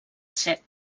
set